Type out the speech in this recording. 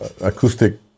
acoustic